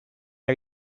are